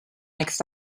next